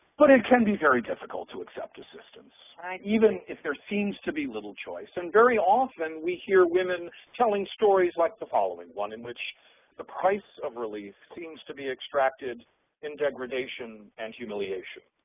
but it can be very difficult to accept assistance even if there seems to be little choice. and very often we hear women telling stories like the following, one in which the price of relief seems to be extracted in degradation and humiliation.